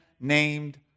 named